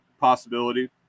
possibility